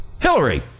Hillary